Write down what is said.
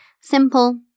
simple